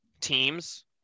teams